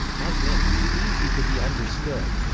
as in easy to be understood.